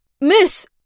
Miss